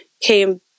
came